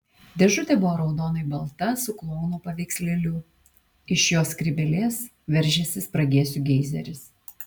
dėžutė buvo raudonai balta su klouno paveikslėliu iš jo skrybėlės veržėsi spragėsių geizeris